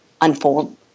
unfold